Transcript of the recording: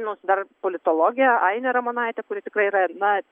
nors dar politologė ainė ramonaitė kuri tikrai yra na